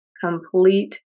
complete